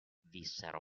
vissero